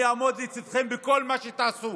אני אעמוד לצידכם בכל מה שתעשו.